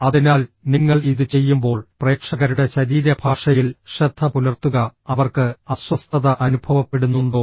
അതിനാൽ നിങ്ങൾ ഇത് ചെയ്യുമ്പോൾ പ്രേക്ഷകരുടെ ശരീരഭാഷയിൽ ശ്രദ്ധ പുലർത്തുക അവർക്ക് അസ്വസ്ഥത അനുഭവപ്പെടുന്നുണ്ടോ